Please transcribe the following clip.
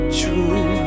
true